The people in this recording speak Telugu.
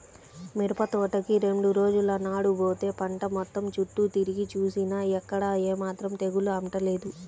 మిరపతోటకి రెండు రోజుల నాడు బోతే పంట మొత్తం చుట్టూ తిరిగి జూసినా ఎక్కడా ఏమాత్రం తెగులు అంటలేదు